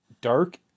dark